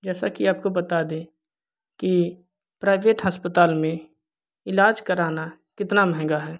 जैसा कि आपको बता दें कि प्राइवेट अस्पताल में इलाज कराना कितना महंगा है